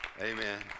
Amen